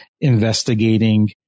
investigating